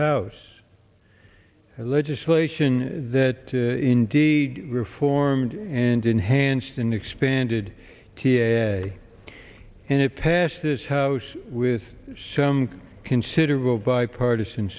house legislation that indeed reformed and enhanced and expanded t a and it passed this house with some considerable bipartisan